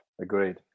Agreed